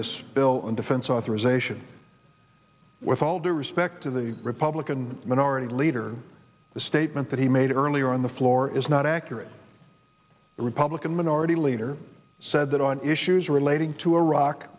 this bill and defense authorization with all due respect to the republican minority leader the statement that he made earlier on the floor is not accurate the republican minority leader said that on issues relating to iraq